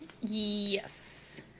Yes